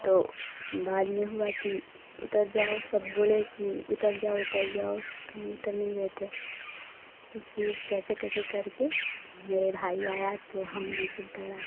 तो बाद में हुआ कि उतर जाओ सब बोले कि उतर जाओ उतर जाओ तो उतर नहीं रहे थे तो फ़िर कैसे कैसे करके मेरे भाई आया तो हमें नीचे उतारा